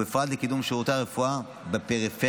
ובפרט לקידום שירותי הרפואה בפריפריה,